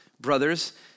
brothers